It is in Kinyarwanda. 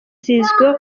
zizwiho